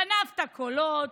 גנבת קולות,